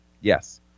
Yes